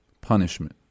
punishment